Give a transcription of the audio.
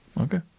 Okay